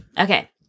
Okay